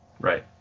Right